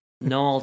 No